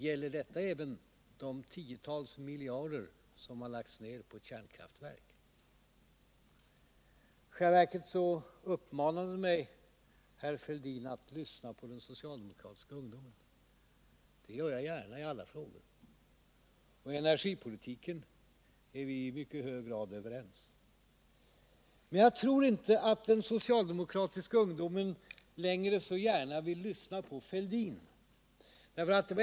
Gäller detta även de tiotals miljarder som har lagts ned på kärnkraftverk? Herr Fälldin uppmanade mig att lyssna på den socialdemokratiska ungdomen. Det gör jag gärna i alla frågor, och i energipolitiken är vi i mycket hög grad överens. Men jag tror inte att den socialdemokratiska ungdomen längre så gärna vill lyssna på herr Fälldin.